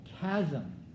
chasm